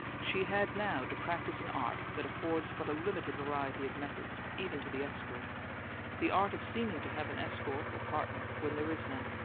she had now to practice an art that affords but a limited variety of methods, even to the expert the art of seeming to have an escort or partner when there is none.